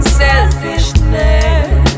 selfishness